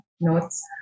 notes